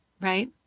right